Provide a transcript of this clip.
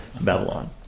Babylon